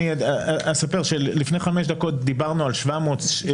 אספר שלפני חמש דקות דיברנו על 700 סוגי אגרות.